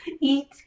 eat